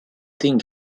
think